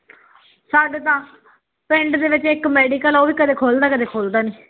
ਸਾਡੇ ਤਾਂ ਪਿੰਡ ਦੇ ਵਿੱਚ ਇੱਕ ਮੈਡੀਕਲ ਉਹ ਵੀ ਕਦੇ ਖੁੱਲ੍ਹਦਾ ਕਦੇ ਖੁੱਲ੍ਹਦਾ ਨਹੀਂ